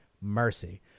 Mercy